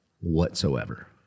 whatsoever